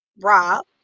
Rob